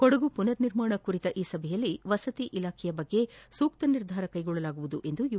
ಕೊಡಗು ಪುನರ್ ನಿರ್ಮಾಣ ಕುರಿತ ಈ ಸಭೆಯಲ್ಲಿ ವಸತಿ ಇಲಾಖೆಯ ಬಗ್ಗೆ ಸೂಕ್ತ ನಿರ್ಧಾರ ಕೈಗೊಳ್ಳಲಾಗುವುದು ಎಂದು ಯು